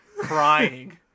Crying